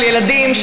של ילדים,